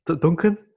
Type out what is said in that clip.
Duncan